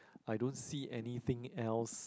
I don't see anything else